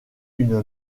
une